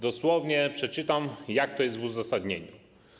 Dosłownie przeczytam, jak to jest w uzasadnieniu: